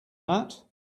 that